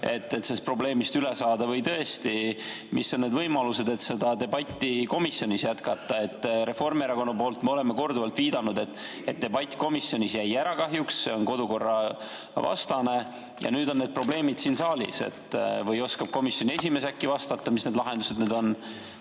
et sellest probleemist üle saada, või millised on võimalused, et seda debatti komisjonis jätkata? Reformierakonna poolt oleme korduvalt viidanud, et debatt komisjonis jäi kahjuks ära, see on kodukorravastane, ja nüüd on need probleemid siin saalis. Äkki oskab komisjoni esimees vastata, mis need lahendused on?